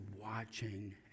watching